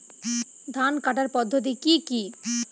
ধান কাটার পদ্ধতি কি কি?